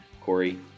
Corey